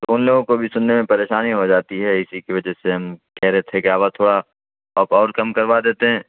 تو ان لوگوں کو بھی سننے میں پریشانی ہو جاتی ہے اسی کی وجہ سے ہم کہہ رہے تھے کہ آواز تھوڑا آپ اور کم کروا دیتے ہیں